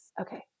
Okay